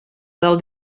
del